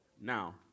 Now